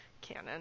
canon